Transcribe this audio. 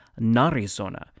narizona